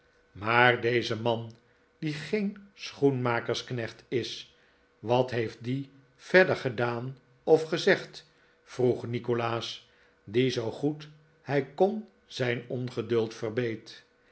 maar deze man die geen schoenmakersknecht is wat heeft die verder gedaan of gezegd vroeg nikolaas die zoo goed hij kon zijn ongeduld